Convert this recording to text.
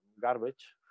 garbage